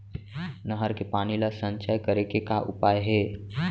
नहर के पानी ला संचय करे के का उपाय हे?